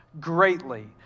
greatly